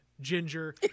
Ginger